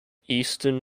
eastern